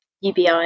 UBI